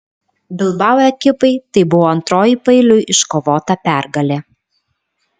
bilbao ekipai tai buvo antroji paeiliui iškovota pergalė